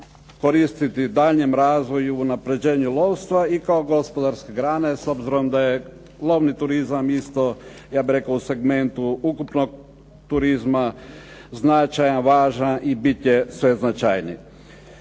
koristiti daljnjem razvoju i unapređenju lovstva i kao gospodarske grane s obzirom da je lovni turizam isto, ja bih rekao, u segmentu ukupnog turizma značajan, važan i bit će sve značajniji.